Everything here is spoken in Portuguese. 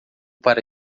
para